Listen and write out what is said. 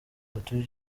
batuye